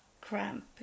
cramp